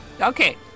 okay